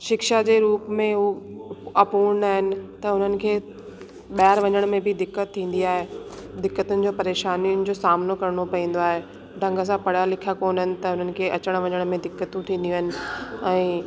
शिक्षा जे रूप में उहे अपूर्ण आहिनि त हुननि खे ॿाहिरि वञण में बि दिक़त थींदी आहे दिक़तुनि जो परेशानी जो सामनो करिणो पवंदो आहे ढंग सां पढ़िया लिखिया कोन्हनि त उन्हनि खे अचण वञण में दिक़तू थींदियूं आहिनि ऐं